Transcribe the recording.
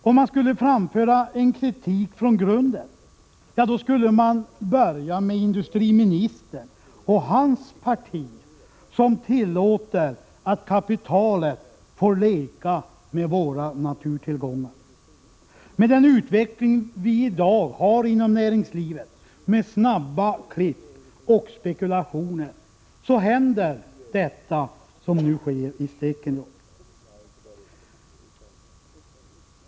Om man skulle framföra en kritik från grunden, skulle man börja med industriministern och hans parti som tillåter att kapitalet får leka med våra naturtillgångar. Med den utveckling vi i dag har inom näringslivet med snabba klipp och spekulationer, så händer detta som nu sker i Stekenjokk.